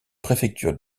préfectures